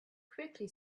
quickly